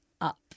up